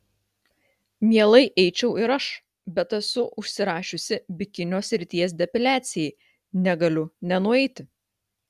mielai eičiau ir aš bet esu užsirašiusi bikinio srities depiliacijai negaliu nenueiti